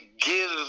give